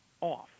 off